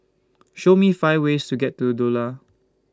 Show Me five ways to get to Doha